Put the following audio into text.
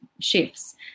shifts